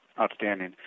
Outstanding